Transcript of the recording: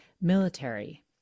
military